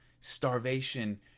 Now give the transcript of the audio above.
Starvation